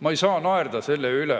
Ma ei saa naerda selle üle,